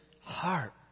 heart